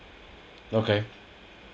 okay